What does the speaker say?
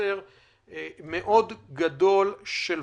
חוסר גדול מאוד של פורום.